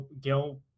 Gil